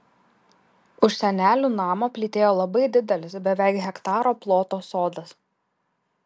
už senelių namo plytėjo labai didelis beveik hektaro ploto sodas